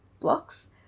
blocks